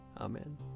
Amen